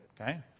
okay